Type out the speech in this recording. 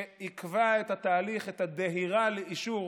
שעיכבה את התהליך, את הדהירה לאישור